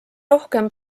rohkem